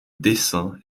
dessin